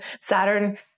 Saturn